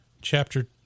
chapter